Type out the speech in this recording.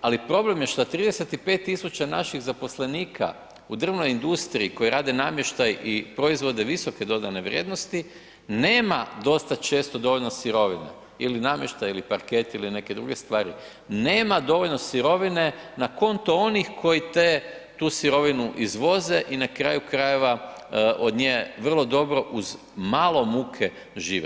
ali problem je šta 35 000 naših zaposlenika u drvnoj industriji koji rade namještaj i proizvode visoke dodane vrijednosti, nema dosta često dovoljno sirovine, ili namještaj ili parketi ili neke druge stvari, nema dovoljno sirovine na konto onih koji tu sirovinu izvoze i na kraju krajeva od nje vrlo dobro uz malo muke žive.